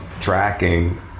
tracking